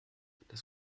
das